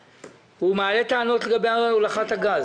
סופר, הוא מעלה טענות לגבי הולכת הגז.